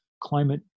climate